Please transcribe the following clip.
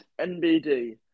NBD